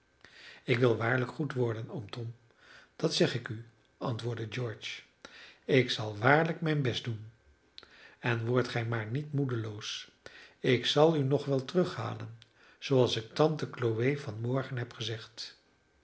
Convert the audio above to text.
ik wil waarlijk goed worden oom tom dat zeg ik u antwoordde george ik zal waarlijk mijn best doen en wordt gij maar niet moedeloos ik zal u nog wel terughalen zooals ik tante chloe van morgen heb gezegd